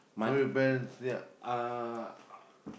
my uh